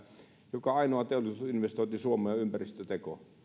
joka ainoa teollisuusinvestointi suomeen on ympäristöteko